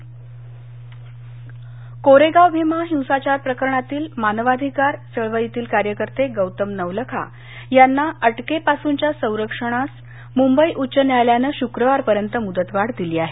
नवलखा भीमा कोरेगाव हिंसाचार प्रकरणातील मानवाधिकार चळवळीतील कार्यकर्ते गौतम नवलखा यांना अटकेपासूनच्या संरक्षणास मुंबई उच्च न्यायालयानं शुक्रवारपर्यंत मुदतवाढ दिली आहे